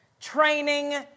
training